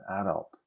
adult